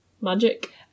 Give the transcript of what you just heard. magic